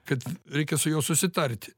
kad reikia su juo susitarti